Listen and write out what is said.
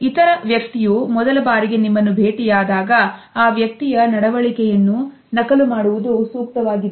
ಇದರ ವ್ಯಕ್ತಿಯು ಮೊದಲ ಬಾರಿಗೆ ನಿಮ್ಮನ್ನು ಭೇಟಿಯಾದಾಗ ಆ ವ್ಯಕ್ತಿಯ ನಡವಳಿಕೆಯನ್ನು ನಕಲು ಮಾಡುವುದು ಸೂಕ್ತವಾಗಿದೆ